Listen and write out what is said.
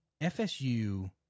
FSU